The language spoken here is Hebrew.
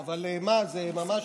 אבל מה, זה ממש,